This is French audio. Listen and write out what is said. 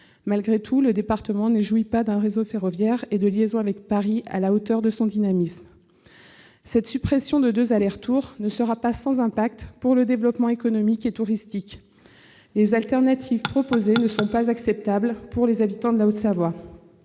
Malgré tout, le département ne jouit pas d'un réseau ferroviaire et de liaisons avec Paris à la hauteur de son dynamisme. Cette suppression de deux allers-retours ne sera pas sans impact pour le développement économique et touristique. Les alternatives proposées ne sont pas acceptables pour les chefs d'entreprise,